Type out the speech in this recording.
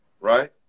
right